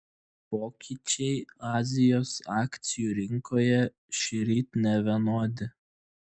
pokyčiai azijos akcijų rinkoje šįryt nevienodi